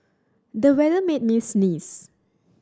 the weather made me sneeze